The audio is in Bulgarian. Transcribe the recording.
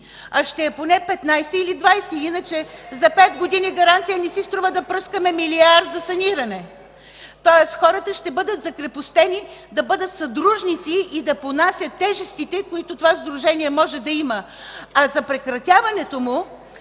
и реплики от ГЕРБ.) Иначе за 5 години гаранция не си струва да пръскаме милиард за саниране. Тоест хората ще бъдат закрепостени да бъдат съдружници и да понасят тежестите, които това сдружение може да има. А за прекратяването му